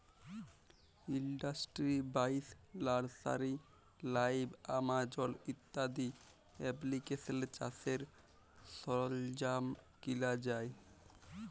industry বাইশ, nursery live, Amazon ইত্যাদি এপ্লিকেশলে চাষের সরল্জাম কিলা যায়